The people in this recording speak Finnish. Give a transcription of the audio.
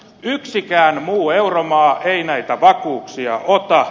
yksikään muu euromaa ei näitä vakuuksia ota